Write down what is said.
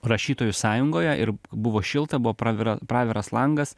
rašytojų sąjungoje ir buvo šilta buvo pravira praviras langas